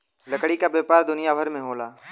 लकड़ी क व्यापार दुनिया भर में होला